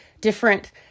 different